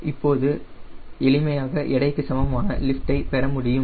இப்போது என்னால் எளிமையாக எடைக்கு சமமான லிஃப்டை பெறமுடியும்